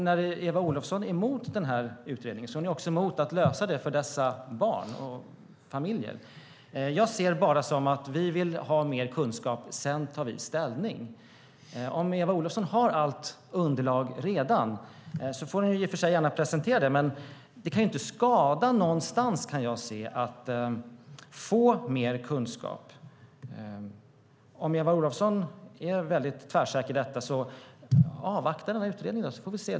När Eva Olofsson är emot den utredningen är hon också emot att lösa problemen för dessa barn och familjer. Jag ser det bara så att vi vill ha mer kunskap, och sedan tar vi ställning. Om Eva Olofsson redan har allt underlag får hon i och för sig gärna presentera det. Men jag kan inte se att det kan skada att få mer kunskap. Om Eva Olofsson är väldigt tvärsäker, så avvakta utredningen, så får vi se!